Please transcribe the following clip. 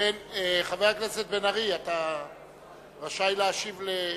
חבר הכנסת בן-ארי, אתה רשאי להשיב.